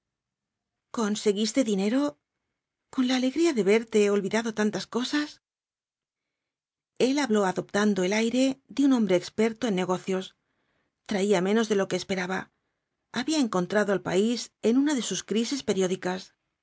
conseguiste dinero con la alegría de verte he olvidado tantas cosas el habló adoptando el aire de un hombre experto en negocios traía menos de lo que esperaba había encontrado al país en una de sus crisis periódicas